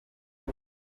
nda